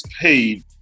paid